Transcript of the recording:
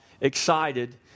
excited